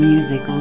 Music